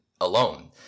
alone